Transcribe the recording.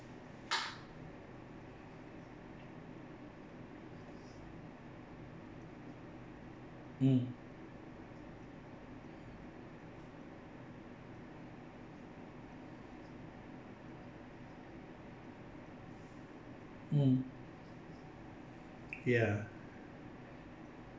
mm mm ya